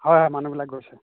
হয় হয় মানুহবিলাক গৈছে